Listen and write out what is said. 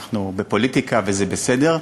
אנחנו בפוליטיקה וזה בסדר,